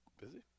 Busy